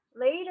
later